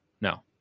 no